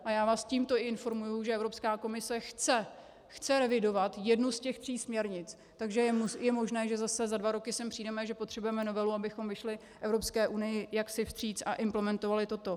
A já vás tímto informuji, že Evropská komise chce revidovat jednu z těch tří směrnic, takže je možné, že zase za dva roky sem přijdeme, že potřebujeme novelu, abychom vyšli Evropské unii vstříc a implementovali toto.